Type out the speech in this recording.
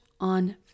on